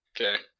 okay